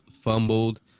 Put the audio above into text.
fumbled